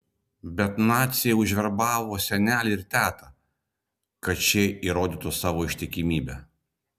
bet naciai užverbavo senelį ir tetą kad šie įrodytų savo ištikimybę